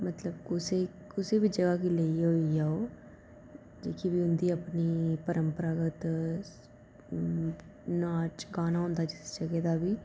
मतलब कुसै कुसै बी जगह गी लेइयै होई गेआ ओह् जेह्की बी उं'दी अपनी परंपरागत नाच गाना होंदा जिस जगह दा बी